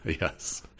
Yes